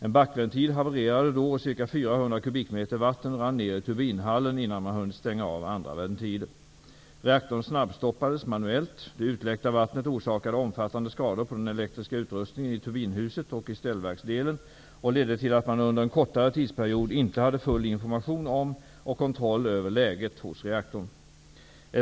En backventil havererade då och ca 400 kubikmeter vatten rann ner i turbinhallen innan man hunnit stänga av andra ventiler. Reaktorn snabbstoppades manuellt. Det utläckta vattnet orsakade omfattande skador på den elektriska utrustningen i turbinhuset och i ställverksdelen, vilket ledde till att man under en kortare tidsperiod inte hade full information om och kontroll över läget hos reaktorn.